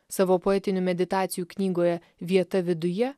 savo poetinių meditacijų knygoje vieta viduje